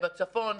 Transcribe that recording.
בצפון,